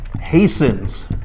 Hastens